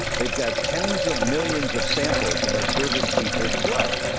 they've got tens of millions of samples of our service people's blood.